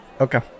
Okay